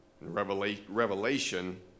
Revelation